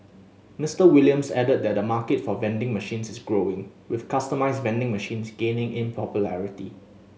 Mister Williams added that the market for vending machines is growing with customised vending machines gaining in popularity